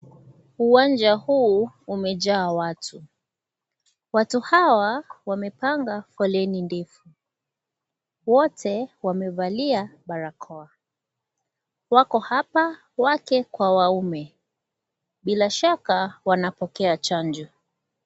Uwanja huu umejaa watu. Watu hawa wamepanga foleni ndefu. Wote wamevalia barakoa. Wako hapa wake kwa waume. Bila shaka wanapokea chanjo.